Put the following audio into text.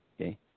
okay